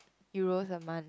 euro a month